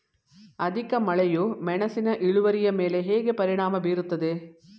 ಅಧಿಕ ಮಳೆಯು ಮೆಣಸಿನ ಇಳುವರಿಯ ಮೇಲೆ ಹೇಗೆ ಪರಿಣಾಮ ಬೀರುತ್ತದೆ?